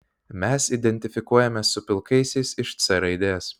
mes identifikuojamės su pilkaisiais iš c raidės